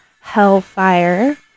hellfire